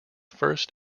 first